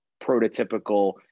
prototypical